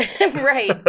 Right